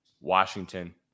Washington